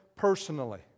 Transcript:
personally